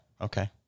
Okay